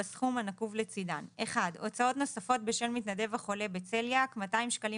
בסכום הנקוב לצידן: הוצאות נוספות בשל מתנדב החולה בצליאק - 200 שקלים